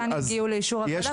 חלקן הגיעו לאישור --- אז אוריאל,